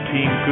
Team